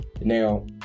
now